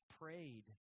prayed